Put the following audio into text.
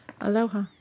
Aloha